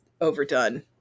overdone